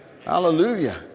hallelujah